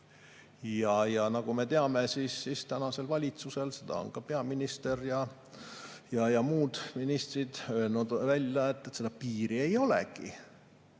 Ja nagu me teame, tänasel valitsusel – seda on peaminister ja muud ministrid ka välja öelnud – seda piiri ei olegi.